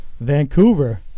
Vancouver